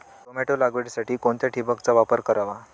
Tomato लागवडीसाठी कोणत्या ठिबकचा वापर करावा?